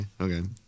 okay